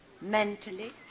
mentally